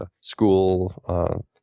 school